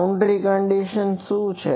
boundary condition શું છે